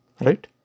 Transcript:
Right